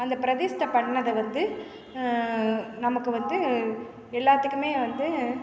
அந்த பிரதிஷ்டை பண்ணதை வந்து நமக்கு வந்து எல்லாத்துக்குமே வந்து